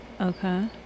Okay